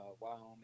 Wyoming